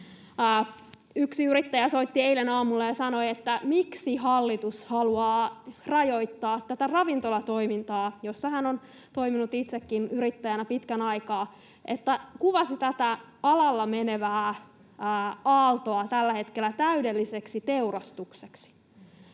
Yksi yrittäjä soitti eilen aamulla ja kysyi, miksi hallitus haluaa rajoittaa tätä ravintolatoimintaa, jossa hän on toiminut itsekin yrittäjänä pitkän aikaa. Hän kuvasi tätä alalla tällä hetkellä menevää aaltoa täydelliseksi teurastukseksi.